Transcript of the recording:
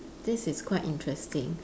this is quite interesting